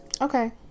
Okay